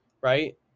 right